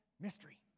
mystery